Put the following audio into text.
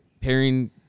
pairing